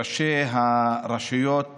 ראשי הרשויות